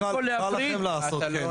תשאיר לו הכול כמו שהוא.